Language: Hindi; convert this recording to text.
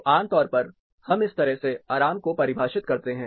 तो आमतौर पर हम इस तरह से आराम को परिभाषित करते हैं